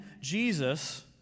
Jesus